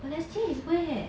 balestier is where